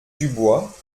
dubois